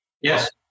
Yes